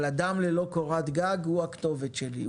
אבל אדם ללא קורת גג הוא הכתובת שלי,